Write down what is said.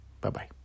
Bye-bye